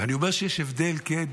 ואני אומר שיש הבדל, כן,